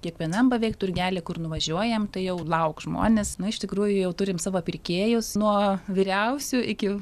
kiekvienam beveik turgely kur nuvažiuojam tai jau lauk žmonės na iš tikrųjų jau turim savo pirkėjus nuo vyriausių iki